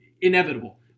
inevitable